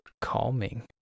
calming